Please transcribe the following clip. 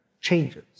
changes